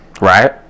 right